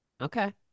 Okay